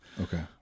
Okay